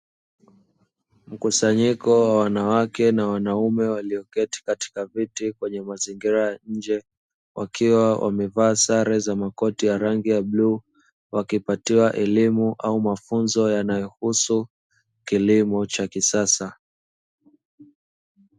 Mkusanyiko wa wanawake na wanaume walioketi katika viti kwenye mazingira ya nje, wakiwa wamevaa sare za makoti ya rangi ya bluu; wakipatiwa elimu au mafunzo yanayohusu kilimo cha kisasa.